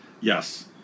Yes